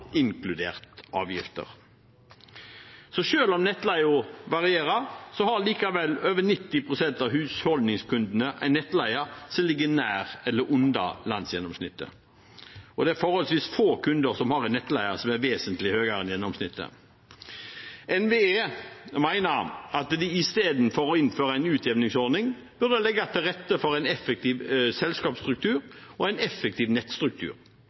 inkludert avgifter. Selv om nettleien varierer, har likevel over 90 pst. av husholdningskundene en nettleie som ligger nær eller under landsgjennomsnittet. Forholdsvis få kunder har en nettleie som er vesentlig høyere enn gjennomsnittet. NVE mener at istedenfor å innføre en utjevningsordning, burde man legge til rette for en effektiv selskapsstruktur og en effektiv nettstruktur.